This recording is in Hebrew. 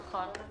נכון.